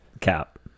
Cap